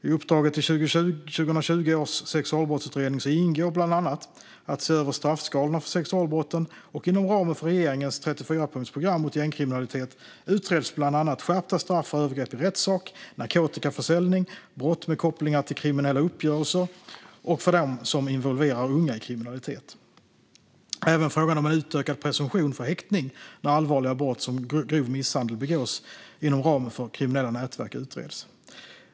I uppdraget till 2020 års sexualbrottsutredning ingår bland annat att se över straffskalorna för sexualbrotten, och inom ramen för regeringens 34-punktsprogram mot gängkriminalitet utreds bland annat skärpta straff för övergrepp i rättssak, narkotikaförsäljning, brott med kopplingar till kriminella uppgörelser och för dem som involverar unga i kriminalitet. Även frågan om en utökad presumtion för häktning när allvarliga brott, såsom grov misshandel, begås inom ramen för kriminella nätverk utreds.